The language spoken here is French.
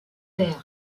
terres